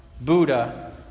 Buddha